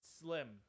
slim